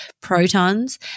protons